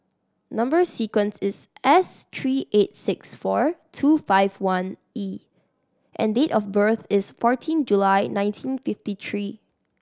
number sequence is S three eight six four two five one E and date of birth is fourteen July nineteen fifty three